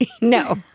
No